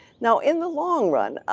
now in the long run,